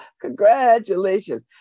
Congratulations